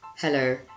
Hello